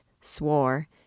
swore